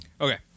okay